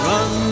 Run